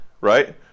right